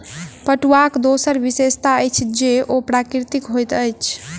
पटुआक दोसर विशेषता अछि जे ओ प्राकृतिक होइत अछि